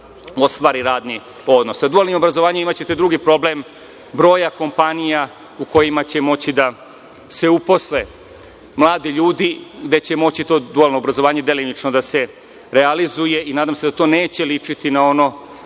ostvari radni odnos. Sa dualnim obrazovanjem imaćete drugi problem broja kompanija u kojima će moći da se uposle mladi ljudi, gde će moći to dualno obrazovanje delimično da se realizuje. Nadam se da to neće ličiti na ono